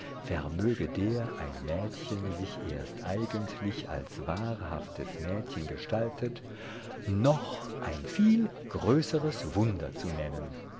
vermöge der ein mädchen sich erst eigentlich als wahrhaftes mädchen gestaltet noch ein viel größeres wunder zu nennen